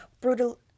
brutal